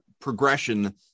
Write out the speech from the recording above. progression